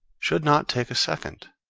should not take a second.